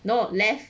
no left